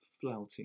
flouting